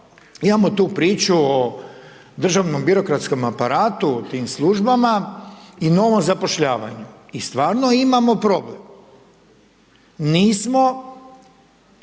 imamo tu priču o držanom birokratskom aparatu u tim službama i novom zapošljavanju. I stvarno imamo problem, nismo